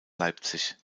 leipzig